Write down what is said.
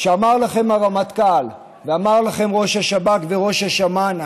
שאמר לכם גם הרמטכ"ל ואמר לכם ראש השב"כ וראש אמ"ן: